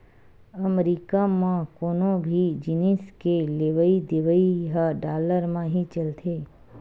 अमरीका म कोनो भी जिनिस के लेवइ देवइ ह डॉलर म ही चलथे